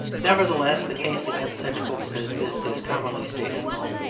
nevertheless the case against such books as this is commonly stated wrong.